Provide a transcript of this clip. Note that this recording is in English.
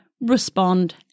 respond